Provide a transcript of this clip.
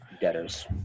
debtors